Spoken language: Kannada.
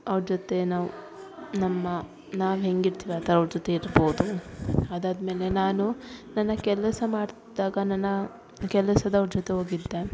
ಅವ್ರ ಜೊತೆ ನಾವು ನಮ್ಮ ನಾವು ಹೇಗಿರ್ತೀವಿ ಅದು ಅವ್ರ ಜೊತೆ ಇರ್ಬೋದು ಅದಾದಮೇಲೆ ನಾನು ನನ್ನ ಕೆಲಸ ಮಾಡ್ದಾಗ ನನ್ನ ಕೆಲಸದವ್ರ ಜೊತೆ ಹೋಗಿದ್ದೆ